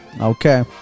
Okay